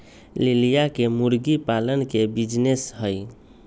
लिलिया के मुर्गी पालन के बिजीनेस हई